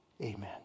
amen